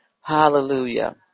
Hallelujah